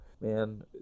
man